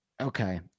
Okay